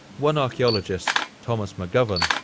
one archeologist, thomas mcgovern,